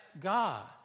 God